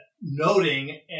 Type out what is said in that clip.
noting